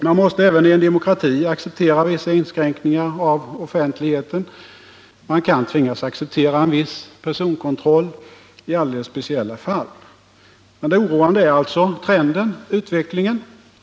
Man måste även i en demokrati acceptera en viss inskränkning i offentligheten. Man kan tvingas acceptera en viss personkontroll i alldeles speciella fall. Men det oroande är trenden, utvecklingen.